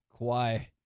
Kawhi